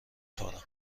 خورم